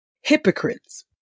hypocrites